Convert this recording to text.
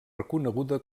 reconeguda